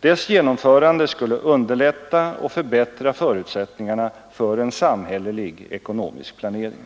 Dess genomförande skulle underlätta och förbättra förutsättningarna för en samhällelig ekonomisk planering.